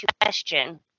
question